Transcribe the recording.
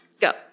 go